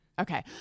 Okay